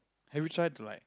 have you try to like